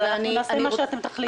אבל נעשה את מה שאתם תחליטו.